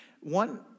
One